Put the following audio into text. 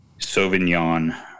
Sauvignon